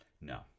No